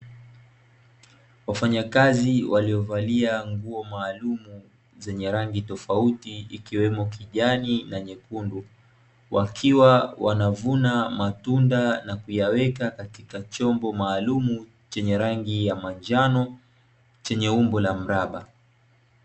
Wafanyakazi waliovalia nguo maalumu zenye rangi tofauti, ikiwemo kijani na nyekundu, wakiwa wanavuna matunda na kuyaweka katika chombo maalumu chenye rangi ya manjano, chenye umbo la mraba.